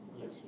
Yes